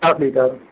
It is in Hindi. साठ लीटर